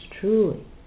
truly